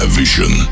vision